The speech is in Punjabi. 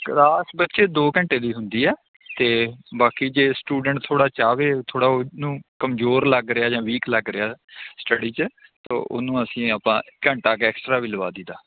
ਕਲਾਸ ਬੱਚੇ ਦੋ ਘੰਟੇ ਦੀ ਹੁੰਦੀ ਹੈ ਅਤੇ ਬਾਕੀ ਜੇ ਸਟੂਡੈਂਟ ਥੋੜ੍ਹਾ ਚਾਹੇ ਥੋੜ੍ਹਾ ਉਹਨੂੰ ਕਮਜ਼ੋਰ ਲੱਗ ਰਿਹਾ ਜਾਂ ਵੀਕ ਲੱਗ ਰਿਹਾ ਸਟੱਡੀ 'ਚ ਤਾਂ ਉਹਨੂੰ ਅਸੀਂ ਆਪਾਂ ਘੰਟਾ ਕੁ ਐਕਸਟਰਾ ਵੀ ਲਗਵਾ ਦਈ ਦਾ